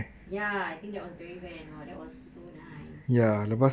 ya I think that was berry van !wah! that was so nice